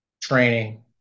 training